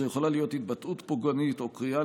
זו יכולה להיות התבטאות פוגענית או קריאה